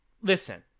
Listen